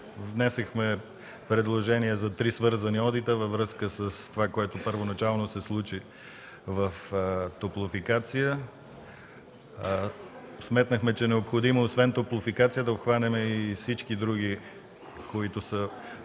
Внесохме предложение за три свързани одита във връзка с онова, което първоначално се случи в „Топлофикация”. Сметнахме, че е необходимо, освен „Топлофикация”, да обхванем всички други, които са